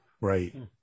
Right